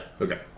Okay